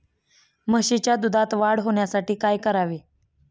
म्हशीच्या दुधात वाढ होण्यासाठी काय करावे?